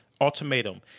ultimatum